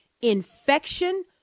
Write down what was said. infection